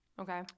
okay